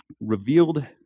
revealed